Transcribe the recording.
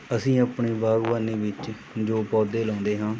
ਅਸੀਂ ਆਪਣੀ ਬਾਗ਼ਬਾਨੀ ਵਿੱਚ ਜੋ ਪੌਦੇ ਲਾਉਂਦੇ ਹਾਂ